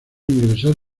ingresar